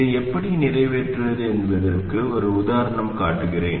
இதை எப்படி நிறைவேற்றுவது என்பதற்கு ஒரு உதாரணம் காட்டுகிறேன்